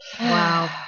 Wow